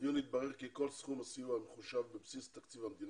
בדיון התברר כי כל סכום הסיוע המחושב הוא בבסיס תקציב המדינה